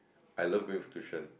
I love going for tuition